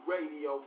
Radio